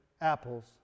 apples